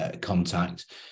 contact